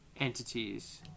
entities